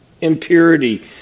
impurity